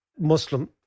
Muslim